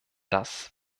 das